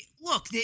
Look